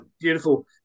beautiful